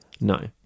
no